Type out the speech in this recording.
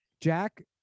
Jack